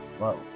Wow